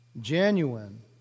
genuine